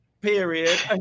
period